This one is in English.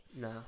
No